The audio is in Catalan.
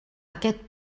aquest